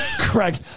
Craig